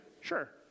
Sure